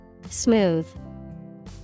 Smooth